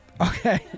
okay